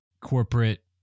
corporate